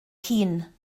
hun